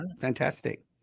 Fantastic